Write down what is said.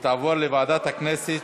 ותועבר לוועדת הכנסת,